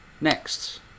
Next